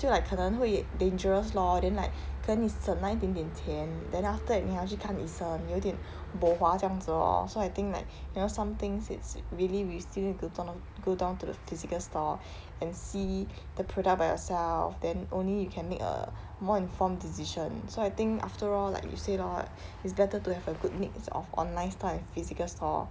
就 like 可能会 dangerous lor then like 可能你省那一点点钱 then after that 你还要去看医生有一点 bo hua 这样子 lor so I think like you know some things it's really we still need to go down to the physical store and see the product by yourself then only you can make a more informed decision so I think after all like you said lor like it's better to have a good mix of online store and physical store